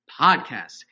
podcast